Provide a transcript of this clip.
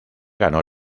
ganó